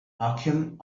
achim